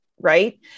Right